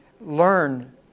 learn